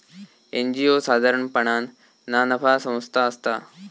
NGO साधारणपणान ना नफा संस्था असता